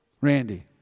Randy